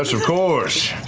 of course.